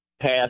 pass